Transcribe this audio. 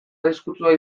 arriskutsua